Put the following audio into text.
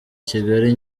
kigali